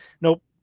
nope